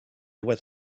with